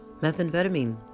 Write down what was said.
methamphetamine